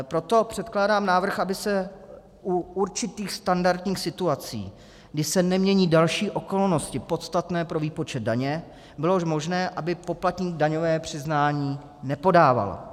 Proto předkládám návrh, aby u určitých standardních situací, kdy se nemění další okolnosti podstatné pro výpočet daně, bylo možné, aby poplatník daňové přiznání nepodával.